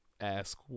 ask